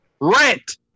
Rent